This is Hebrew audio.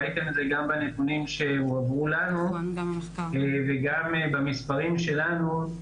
ראינו את זה גם בנתונים שהועברו לנו וגם במספרים שלנו.